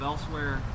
elsewhere